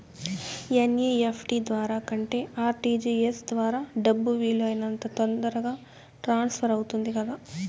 NEFT ద్వారా కంటే RTGS ద్వారా డబ్బు వీలు అయినంత తొందరగా ట్రాన్స్ఫర్ అవుతుంది కదా